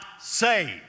saved